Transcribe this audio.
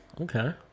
okay